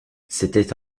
c’était